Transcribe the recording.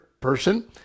person